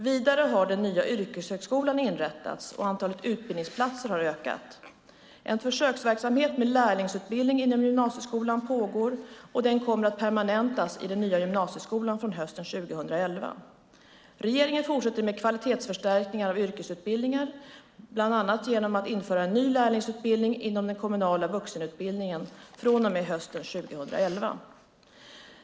Vidare har den nya yrkeshögskolan inrättats och antalet utbildningsplatser ökats. En försöksverksamhet med lärlingsutbildning inom gymnasieskolan pågår och kommer att permanentas i den nya gymnasieskolan från hösten 2011. Regeringen fortsätter med kvalitetsförstärkningar av yrkesutbildningen genom att bland annat införa en ny lärlingsutbildning inom den kommunala vuxenutbildningen från och med hösten 2011.